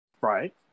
right